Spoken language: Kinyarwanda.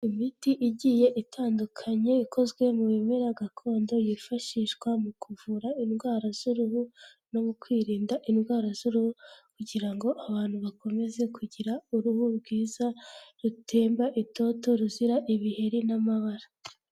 Imiti igiye itandukanye, ikozwe mu bimera gakondo, yifashishwa mu kuvura indwara z'uruhu, no mu kwirinda indwara z'uruhu, kugira ngo abantu bakomeze kugira uruhu rwiza rutemba itoto ruzira ibiheri n'amabara.